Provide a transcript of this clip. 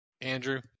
Andrew